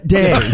day